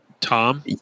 Tom